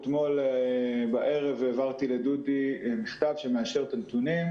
אתמול בערב העברתי לדודי מכתב שמאשר את הנתונים,